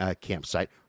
campsite